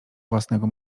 własnego